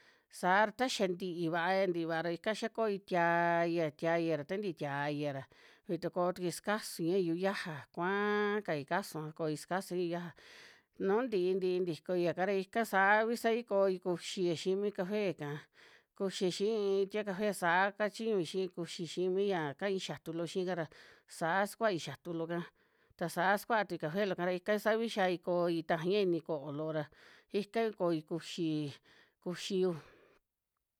Saa ra taxa nti'i va'a ya nti'i va'a ra ika xakoi tia ia tia ia ra ta nti tiabia ra vitu ko tukúi ska suia yu yaja kuaa kasua koi skasui yaja nu nti'i ntikoia ka ra ika saa ví sai koi kuxia xi'i mi café ka kuxia xi cafe kuxia xi tia café sa kachiñui xi kuxi xi mi ya kai xatu lo xi ka ra saa skua'i xatu lo ka ta saa skua'a ti café lo ka ra ika savi xai koi taji ini ko'o ra ika vi koi kuxi kuxiyu.